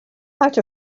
out